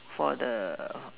for the